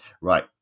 right